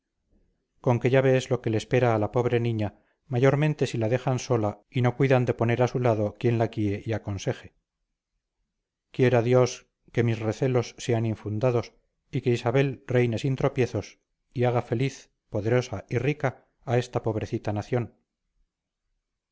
con que ya ves lo que le espera a la pobre niña mayormente si la dejan sola y no cuidan de poner a su lado quien la guíe y aconseje quiera dios que mis recelos sean infundados y que isabel reine sin tropiezos y haga feliz poderosa y rica a esta pobrecita nación